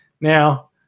now